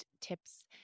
tips